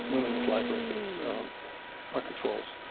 women with live births as our controls.